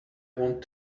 want